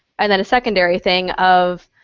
and then a secondary thing of,